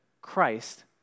Christ